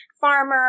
farmer